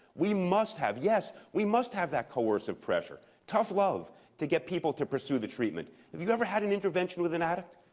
we must have yes, we must have that coercive pressure. tough love to get people to pursue the treatment. have you ever had an intervention with an addict?